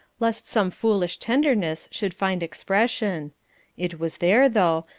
lest some foolish tenderness should find expression it was there, though,